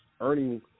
Earning